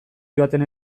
joaten